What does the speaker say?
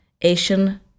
Asian